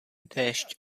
déšť